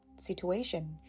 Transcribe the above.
situation